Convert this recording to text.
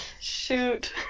Shoot